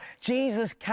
Jesus